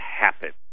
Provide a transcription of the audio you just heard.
happen